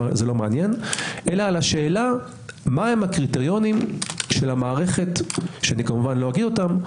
מעניין אלא על השאלה מה הקריטריונים של המערכת שכמובן לא אומר אותם,